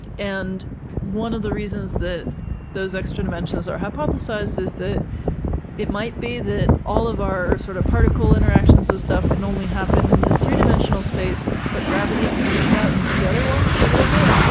and one of the reasons that those extra dimensions are hypothesized is that it might be that all of our sort of particle interactions and stuff can only happen in this three dimensional space, but gravity can leak out into the other ones a little bit.